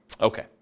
Okay